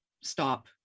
stop